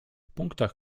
punktach